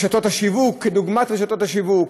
כדוגמת רשתות השיווק?